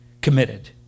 committed